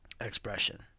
expression